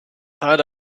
thought